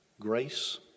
grace